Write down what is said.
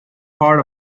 part